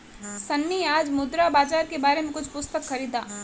सन्नी आज मुद्रा बाजार के बारे में कुछ पुस्तक खरीदा